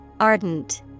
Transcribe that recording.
Ardent